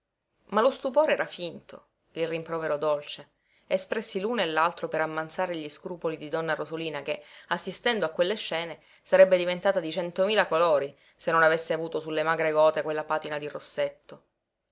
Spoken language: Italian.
ma lo stupore era finto il rimprovero dolce espressi l'uno e l'altro per ammansare gli scrupoli di donna rosolina che assistendo a quelle scene sarebbe diventata di centomila colori se non avesse avuto sulle magre gote quella patina di rossetto